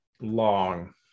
long